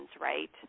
right